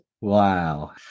Wow